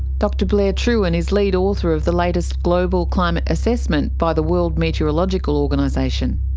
dr blair trewin is lead author of the latest global climate assessment by the world meteorological organisation.